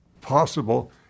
possible